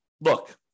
look